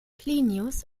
plinius